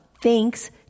thanks